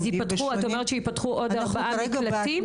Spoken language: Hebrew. אז את אומרת שייפתחו עוד ארבעה מקלטים?